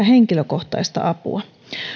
henkilökohtaista apua